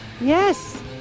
Yes